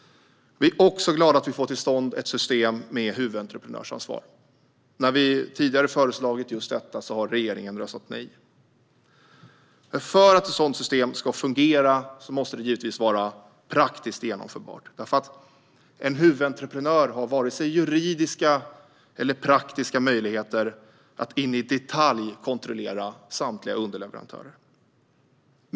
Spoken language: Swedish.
Vi är också glada över att vi får till stånd ett system med huvudentreprenörsansvar. När vi tidigare föreslagit just detta har regeringen röstat nej. Men för att ett sådant system ska fungera måste det givetvis vara praktiskt genomförbart. En huvudentreprenör har varken juridiska eller praktiska möjligheter att i detalj kontrollera samtliga underleverantörer.